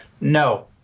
No